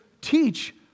teach